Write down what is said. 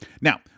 Now